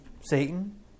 Satan